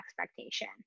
expectation